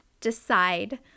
decide